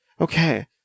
Okay